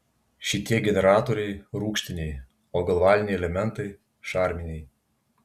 šitie generatoriai rūgštiniai o galvaniniai elementai šarminiai